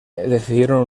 decidieron